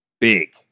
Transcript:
big